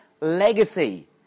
legacy